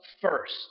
first